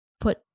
put